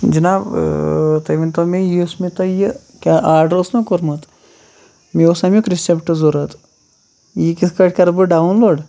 جِناب تُہۍؤنۍ تو مےٚ یُس مےٚ تۄہہِ یہِ کیٚنٛہہ آرڈَر اوس نَہ کوٚرمُت مےٚ اوس اَمیُک رِسٮ۪پٹہٕ ضوٚرتھ یہِ کِتھ کٲٹھۍ کَرٕ بہٕ ڈاوُن لوڈ